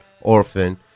orphan